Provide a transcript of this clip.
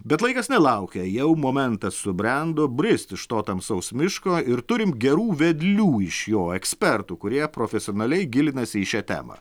bet laikas nelaukia jau momentas subrendo brist iš to tamsaus miško ir turim gerų vedlių iš jo ekspertų kurie profesionaliai gilinasi į šią temą